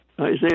Isaiah